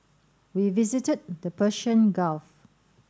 we visited the Persian Gulf